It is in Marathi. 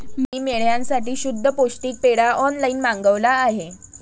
मी मेंढ्यांसाठी शुद्ध पौष्टिक पेंढा ऑनलाईन मागवला आहे